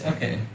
Okay